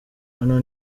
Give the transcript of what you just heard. hano